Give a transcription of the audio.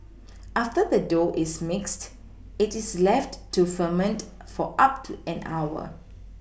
after the dough is mixed it is left to ferment for up to an hour